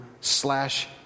slash